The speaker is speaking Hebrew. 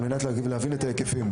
על מנת להבין את ההיקפים.